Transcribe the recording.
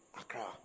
Accra